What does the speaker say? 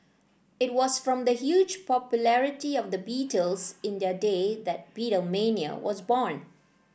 it was from the huge popularity of the Beatles in their day that Beatlemania was born